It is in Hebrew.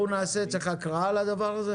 צריך הקראה לדבר הזה?